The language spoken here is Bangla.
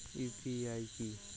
ইউ.পি.আই কি?